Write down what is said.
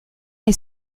est